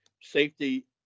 safety